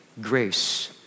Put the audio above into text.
grace